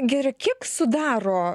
giedre kiek sudaro